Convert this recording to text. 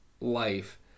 life